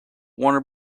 warner